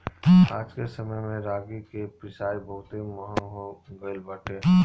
आजके समय में रागी के पिसान बहुते महंग हो गइल बाटे